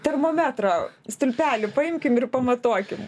termometro stulpelį paimkim ir pamatuokim